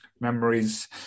Memories